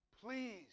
Please